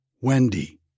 Wendy